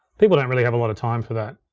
people don't really have a lot of time for that.